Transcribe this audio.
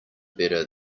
better